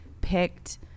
picked